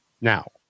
Now